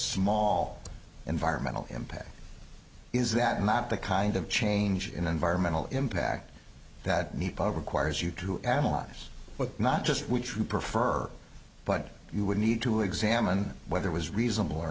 small environmental impact is that not the kind of change in environmental impact that meep of requires you to add lives but not just which you prefer but you would need to examine whether was reasonable or